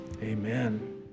amen